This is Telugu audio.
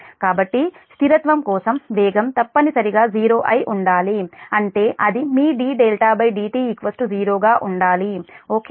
కాబట్టి స్థిరత్వం కోసం వేగం తప్పనిసరిగా '0' అయి ఉండాలి అంటే అది మీdδdt 0 గా ఉండాలి ఓకే